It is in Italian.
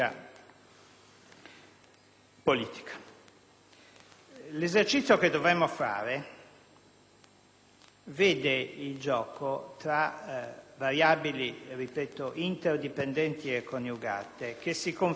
L'esercizio che dovremmo fare vede in gioco variabili interdipendenti e coniugate, che si configurano